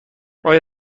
آیا